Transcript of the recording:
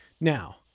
Now